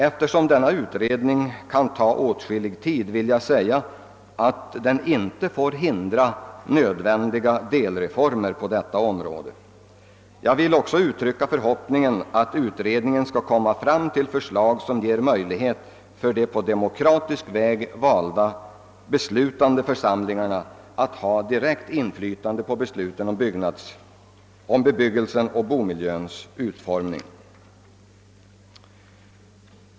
Eftersom denna utredning kan ta åtskillig tid, vill jag framhålla att den inte får hindra nödvändiga delreformer på området. Jag vill också uttrycka förhoppningen att utredningen skall komma fram till förslag som ger möjlighet för de på demokratisk väg valda, beslutande församlingarna att öva direkt inflytande på bebyggelsens och bomiljöns utformning.